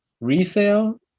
resale